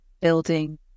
building